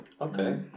okay